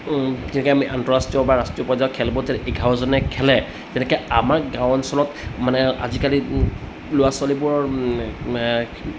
যেনেকৈ আমি আন্তঃৰাষ্ট্ৰীয় বা ৰাষ্ট্ৰীয় পৰ্য্য়ায়ত খেলবোৰত যে এঘাৰজনে খেলে তেনেকৈ আমাৰ গাঁও অঞ্চলত মানে আজিকালি ল'ৰা ছোৱালীবোৰৰ